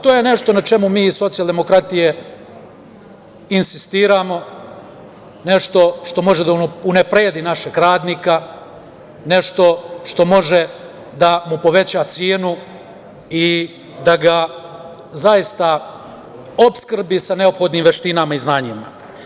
To je nešto na čemu mi iz SDP insistiramo, nešto što može da unapredi našeg radnika, nešto što može da mu poveća cenu i da ga zaista opskrbi sa neophodnim veštinama i znanjima.